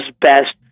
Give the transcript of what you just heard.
best